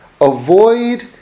Avoid